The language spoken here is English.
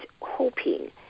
hoping